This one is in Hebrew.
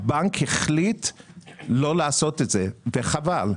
הבנק החליט לא לעשות את זה, וחבל.